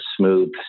smooth